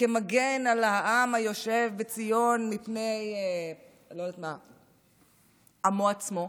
כמגן על העם היושב בציון מפני עמו עצמו,